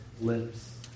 lips